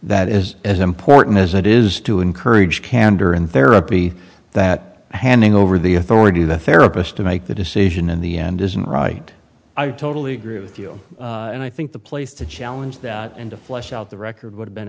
that is as important as it is to encourage candor and therapy that handing over the authority to the therapist to make the decision in the end isn't right i totally agree with you and i think the place to challenge that and to flesh out the record would have been